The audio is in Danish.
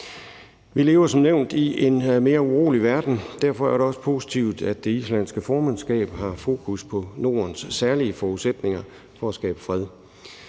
Vi lever som nævnt i en mere urolig verden, og derfor er det også positivt, at det islandske formandskab har fokus på Nordens særlige forudsætninger for at skabe fred.